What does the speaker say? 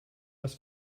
das